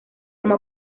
como